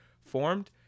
formed